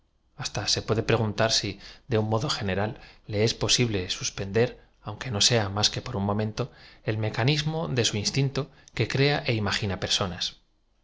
hasta se puede preguntar sí de un modo gen eral le es posible suspender aunque no sea más que p o r un momento el mecanismo de su instinto que crea é ima gina personas